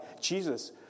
Jesus